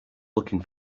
looking